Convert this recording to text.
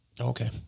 Okay